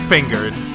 Fingered